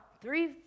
three